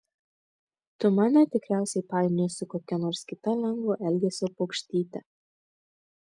tu mane tikriausiai painioji su kokia nors kita lengvo elgesio paukštyte